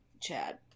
Chad